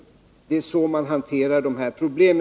Det är så man skall hantera dessa problem.